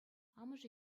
амӑшӗ